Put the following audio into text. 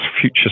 future